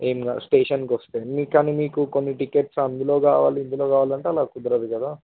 ఏమి కాదు స్టేషన్కు వస్తే మీకు కానీ మీకు కొన్ని టికెట్స్ అందులో కావాలి ఇందులో కావాలంటే అలా కుదరదు కదా